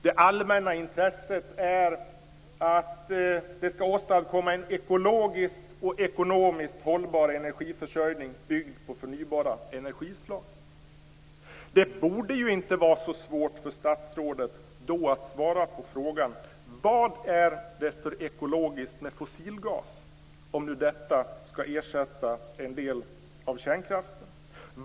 Det allmänna intresset är att åstadkomma en ekologiskt och ekonomiskt hållbar energiförsörjning byggd på förnybara energislag. Det borde ju då inte vara så svårt för statsrådet att svara på frågorna: Vad är det för ekologiskt med fossilgas, om nu detta skall ersätta en del av kärnkraften?